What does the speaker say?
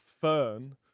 Fern